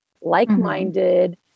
like-minded